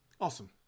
Awesome